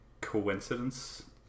coincidence